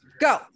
Go